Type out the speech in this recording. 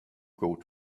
get